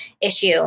issue